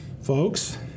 folks